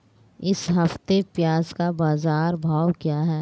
इस हफ्ते प्याज़ का बाज़ार भाव क्या है?